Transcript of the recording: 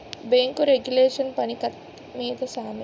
bank regulation పని కత్తి మీద సామే